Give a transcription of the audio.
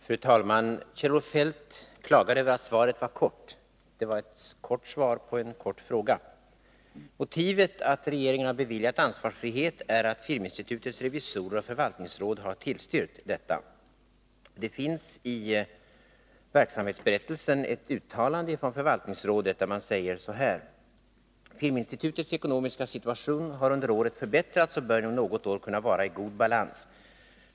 Fru talman! Kjell-Olof Feldt klagar över att svaret är kort. Ja, det är ett kort svar på en kort fråga. Motivet till att regeringen har beviljat ansvarsfrihet är att filminstitutets revisorer och förvaltningsråd har tillstyrkt detta. Det finns i verksamhetsberättelsen ett uttalande från förvaltningsrådet där man säger: ”Filminstitutets ekonomiska situation har under året förbättrats och bör inom något år kunna vara i god balans.